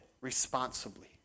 responsibly